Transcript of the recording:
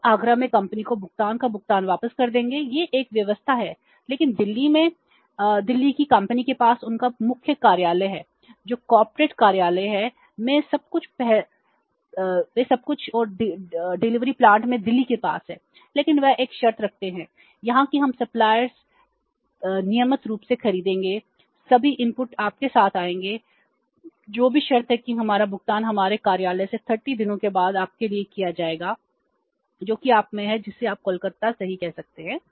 वे आगरा में कंपनी को भुगतान का भुगतान वापस कर देंगे यह एक व्यवस्था है लेकिन दिल्ली में दिल्ली की कंपनी के पास उनका मुख्य कार्यालय है जो कॉर्पोरेट सही कह सकते हैं